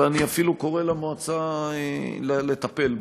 ואני אפילו קורא למועצה לטפל בו.